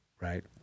right